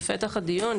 בפתח הדיון,